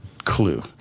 clue